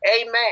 Amen